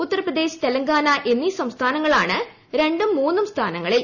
ഉത്തർപ്രദേശ് തെലങ്കാന എന്നീ സംസ്ഥാനങ്ങളാണ് രണ്ടും മൂന്നും സ്ഥാനങ്ങളിൽ